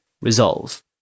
resolve